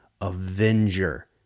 Avenger